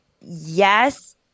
Yes